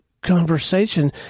conversation